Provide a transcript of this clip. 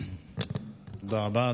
תודה רבה.